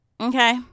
Okay